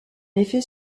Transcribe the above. effet